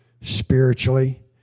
spiritually